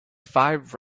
five